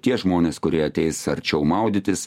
tie žmonės kurie ateis arčiau maudytis